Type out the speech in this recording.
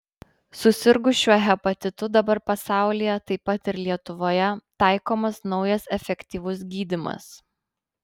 susirgus šiuo hepatitu dabar pasaulyje taip pat ir lietuvoje taikomas naujas efektyvus gydymas